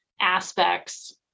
aspects